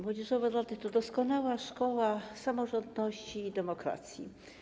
Młodzieżowe rady to doskonała szkoła samorządności i demokracji.